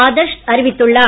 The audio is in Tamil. ஆதர்ஷ் அறிவித்துள்ளார்